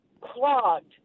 clogged